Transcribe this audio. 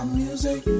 music